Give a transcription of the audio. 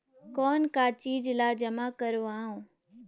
कौन का चीज ला जमा करवाओ?